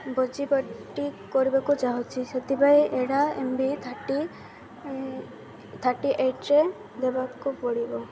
ଭୋଜିପାର୍ଟି୍ କରିବାକୁ ଚାହୁଁଛି ସେଥିପାଇଁ ଏଡ଼ା ଏମ୍ ଭି ଥାର୍ଟି ଥାର୍ଟି ଏଇଟ୍ରେ ଦେବାକୁ ପଡ଼ିବ